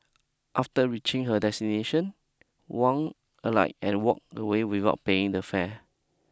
after reaching her destination Huang alight and walk away without paying the fare